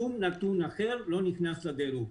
שום נתון אחר לא נכנס לדירוג.